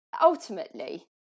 ultimately